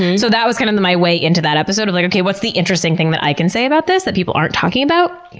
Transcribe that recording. so that was kind of my way into that episode of like, okay, what's the interesting thing that i can say about this that people aren't talking about?